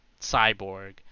cyborg